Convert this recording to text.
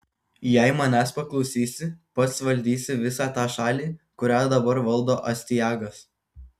jei manęs paklausysi pats valdysi visą tą šalį kurią dabar valdo astiagas